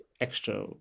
extra